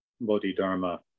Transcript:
Bodhidharma